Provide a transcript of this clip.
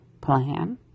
plan